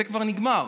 זה כבר נגמר.